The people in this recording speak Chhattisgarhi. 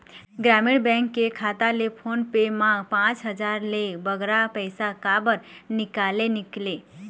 ग्रामीण बैंक के खाता ले फोन पे मा पांच हजार ले बगरा पैसा काबर निकाले निकले?